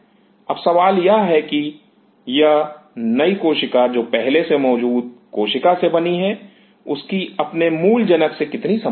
अब सवाल यह है कि यह नई कोशिका जो पहले से मौजूद कोशिका से बनी है उसकी अपने मूल जनक से कितनी समानता है